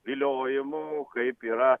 viliojimo kaip yra